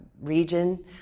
region